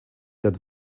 that